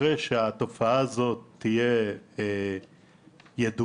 אחרי שהתופעה הזאת תהיה ידועה,